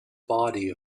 body